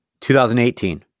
2018